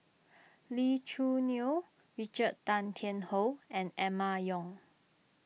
Lee Choo Neo Richard Tan Tian Hoe and Emma Yong